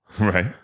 Right